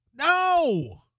no